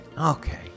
Okay